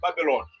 Babylon